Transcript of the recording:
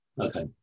Okay